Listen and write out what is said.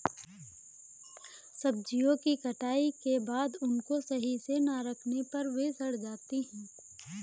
सब्जियों की कटाई के बाद उनको सही से ना रखने पर वे सड़ जाती हैं